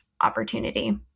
opportunity